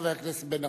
חבר הכנסת בן-ארי.